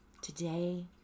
Today